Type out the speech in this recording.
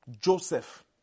Joseph